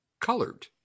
colored